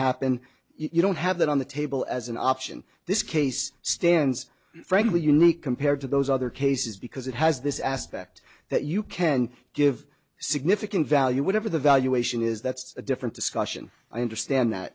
happen you don't have that on the table as an option this case stands frankly unique compared to those other cases because it has this aspect that you can give significant value whatever the valuation is that's a different discussion i understand that